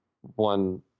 one